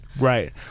Right